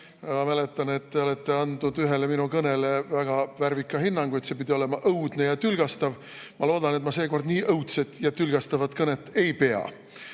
mäletan, et te olete andnud ühele minu kõnele väga värvika hinnangu, et see pidi olema õudne ja tülgastav. Ma loodan, et ma seekord nii õudset ja tülgastavat kõnet ei pea. Küll